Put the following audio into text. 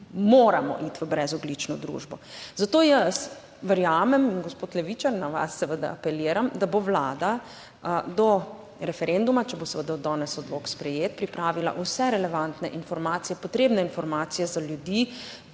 moramo iti v brezogljično družbo. Zato jaz verjamem in gospod Levičar na vas seveda apeliram, da bo Vlada do referenduma, če bo seveda danes odlok sprejet, pripravila vse relevantne informacije, potrebne informacije za ljudi,